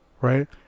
right